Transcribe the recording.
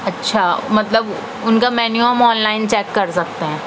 اچھا مطلب ان کا مینیو ہم آن لائن چیک کر سکتے ہیں